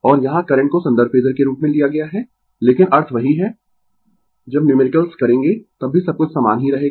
और यहाँ करंट को संदर्भ फेजर के रूप में लिया गया है लेकिन अर्थ वही है जब न्यूमेरिकल करेंगें तब भी सब कुछ समान ही रहेगा